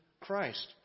Christ